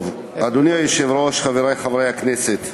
אדוני היושב-ראש, חברי חברי הכנסת,